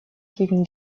gegen